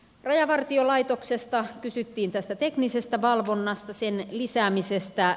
rajavartiolaitoksesta kysyttiin tästä teknisestä valvonnasta sen lisäämisestä